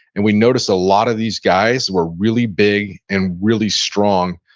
and we noticed a lot of these guys were really big and really strong,